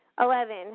Eleven